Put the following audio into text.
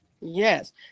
Yes